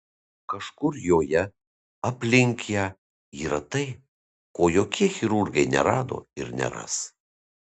kažkur joje aplink ją yra tai ko jokie chirurgai nerado ir neras